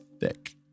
thick